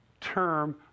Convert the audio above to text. term